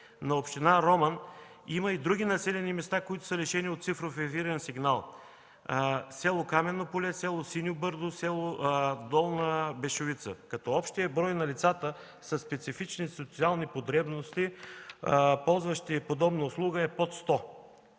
на община Роман има и други населени места, които са лишени от цифров ефирен сигнал – село Камено поле, село Синьо бърдо, село Долна Бешовица, като общият брой на лицата със специфични социални потребности, ползващи подобна услуга, е под 100.